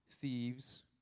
thieves